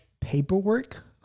paperwork